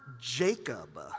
Jacob